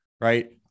right